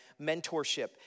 mentorship